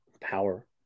power